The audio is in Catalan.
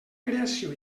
creació